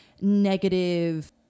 negative